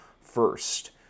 first